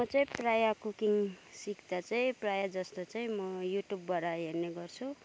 म चाहिँ प्रायः कुकिङ सिक्दा चाहिँ प्रायःजस्तो चाहिँ म युट्युबबाट हेर्ने गर्छु